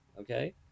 okay